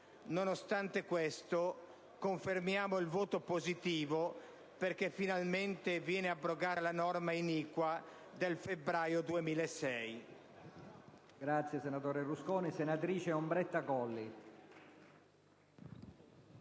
Nonostante questo, confermiamo il voto favorevole, perché finalmente viene abrogata la norma iniqua del febbraio 2006.